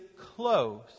close